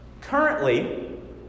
Currently